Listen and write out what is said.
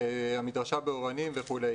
המדרשה באורנים וכו'.